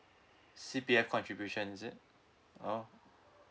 C_P_F contribution is it oh